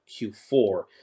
Q4